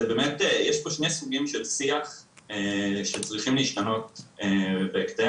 יש פה שני סוגים של שיח שצריכים להשתנות בהקדם,